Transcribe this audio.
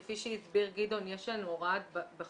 כפי שהסביר גדעון יש לנו הוראה בחוק